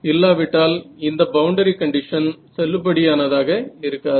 இல்லாவிட்டால் இந்த boundary condition செல்லுபடியானதாக இருக்காது